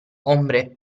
ombre